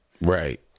Right